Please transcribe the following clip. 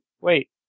Wait